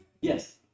Yes